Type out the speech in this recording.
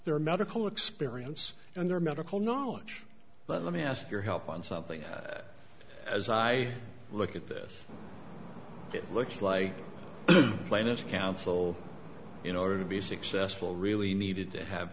their medical experience and their medical knowledge but let me ask your help on something that as i look at this it looks like plaintiff counsel in order to be successful really needed to have